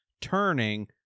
turning